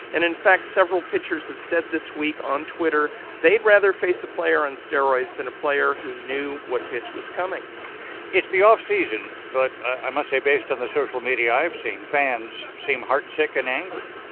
and, in fact, several pitchers have said this week on twitter they'd rather face a player on steroids than a player who knew what pitch was coming it's the offseason, but i must say based on the social media i have seen, fans seem heartsick and angry